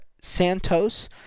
Santos